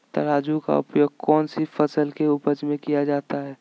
तराजू का उपयोग कौन सी फसल के उपज में किया जाता है?